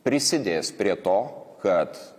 prisidės prie to kad